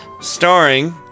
Starring